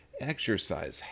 Exercise